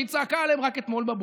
שהיא צעקה עליהם רק אתמול בבוקר.